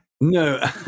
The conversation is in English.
No